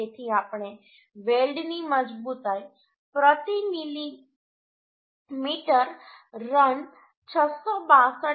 તેથી આપણે વેલ્ડની મજબૂતાઈ પ્રતિ મિલિમીટર રન 662